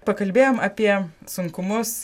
pakalbėjom apie sunkumus